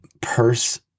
purse